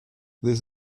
this